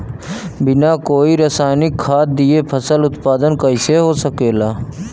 बिना कोई रसायनिक खाद दिए फसल उत्पादन कइसे हो सकेला?